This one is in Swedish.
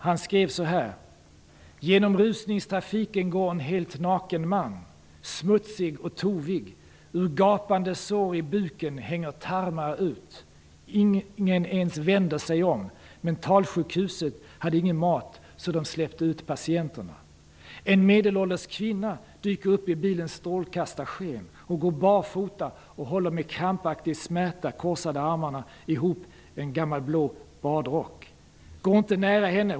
Han skriver så här: Genom rusningstrafiken går en helt naken man, smutsig och tovig. Ur gapande sår i buken hänger tarmar ut. Ingen ens vänder sig om. Mentalsjukhuset hade ingen mat, så de släppte ut patienterna. En medelålders kvinna dyker upp i bilens strålkastarsken. Hon går barfota och håller med krampaktig smärta med de korsade armarna ihop en gammal blå badrock. Gå inte nära henne!